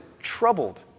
troubled